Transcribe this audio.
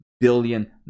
billion